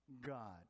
God